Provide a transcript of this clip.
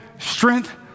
strength